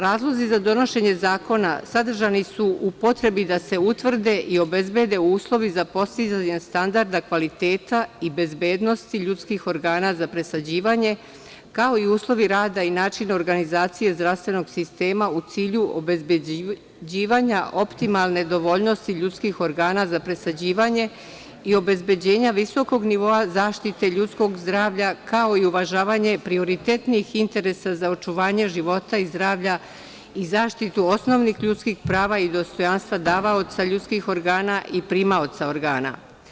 Razlozi za donošenje zakona sadržani su u potrebi da se utvrde i obezbede uslovi za postizanje standarda kvaliteta i bezbednosti ljudskih organa za presađivanje, kao i uslovi rada i način organizacije zdravstvenog sistema u cilju obezbeđivanja optimalne dovoljnosti ljudskih organa za presađivanje i obezbeđenja visokog nivoa zaštite ljudskog zdravlja, kao i uvažavanje prioritetnih interesa za očuvanje života i zdravlja i zaštitu osnovnih ljudskih prava i dostojanstva davaoca ljudskih organa i primaoca organa.